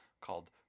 called